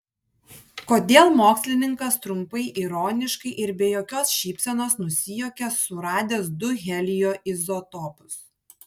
kodėl mokslininkas trumpai ironiškai ir be jokios šypsenos nusijuokė suradęs du helio izotopus